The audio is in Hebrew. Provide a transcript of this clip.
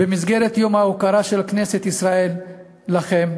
במסגרת יום ההוקרה של כנסת ישראל לכם,